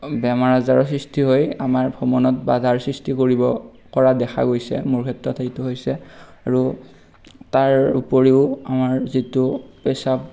বেমাৰ আজাৰৰ সৃষ্টি হৈ আমাৰ ভ্ৰমণত বাধাৰ সৃষ্টি কৰিব কৰা দেখা গৈছে মোৰ ক্ষেত্ৰত সেইটো হৈছে আৰু তাৰ উপৰিও আমাৰ যিটো প্ৰস্ৰাৱ